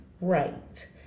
right